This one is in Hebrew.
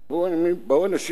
באו אנשים,